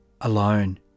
alone